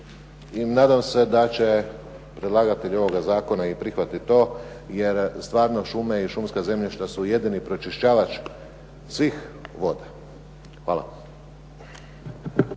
i nadam se da će predlagatelj ovog Zakona će prihvatiti to jer stvarno šume i šumska zemljišta su pričišćavač svih voda. Hvala.